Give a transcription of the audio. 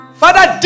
father